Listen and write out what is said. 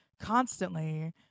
constantly—